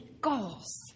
goals